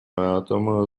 атома